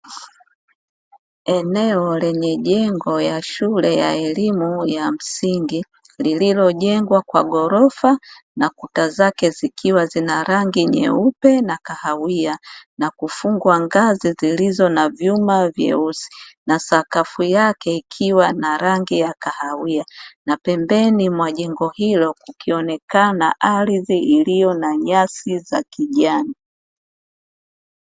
Eneo lenye jengo ya shule ya elimu ya msingi, lililojengwa kwa ghorofa, na kuta zake zikiwa zina rangi nyeupe na kahawia, na kufungwa ngazi zilizo na vyuma vyeusi, na sakafu yake ikiwa na rangi ya kahawia, na pembeni mwa jengo hilo kukionekana ardhi iliyo na nyasi za kijani.